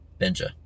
Benja